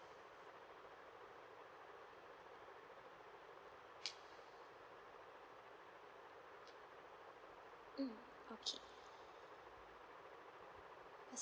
mm okay